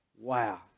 Wow